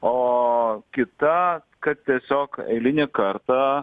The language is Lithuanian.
o kita kad tiesiog eilinį kartą